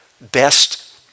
best